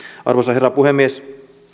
arvoisa herra puhemies